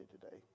today